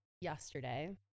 yesterday